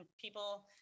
people